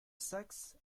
saxe